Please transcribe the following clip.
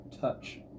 touch